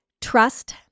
trust